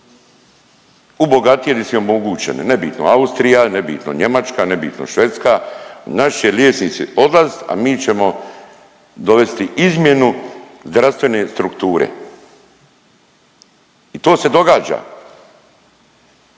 U bogatije gdje su im omogućene, nebitno Austrija, nebitno Njemačka, nebitno Švedska. Naši liječnici će odlazit, a mi ćemo dovesti izmjenu zdravstvene strukture i to se događa.